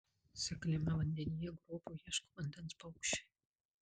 sekliame vandenyje grobio ieško vandens paukščiai